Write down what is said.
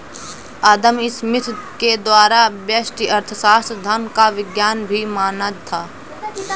अदम Smith के द्वारा व्यष्टि अर्थशास्त्र धन का विज्ञान भी माना था